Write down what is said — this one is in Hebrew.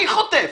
אני חוטף.